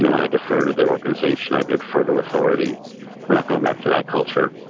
and i defer to their organization, i defer to authority we're not going back to that culture,